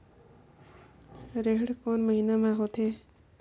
रेहेण कोन महीना म होथे?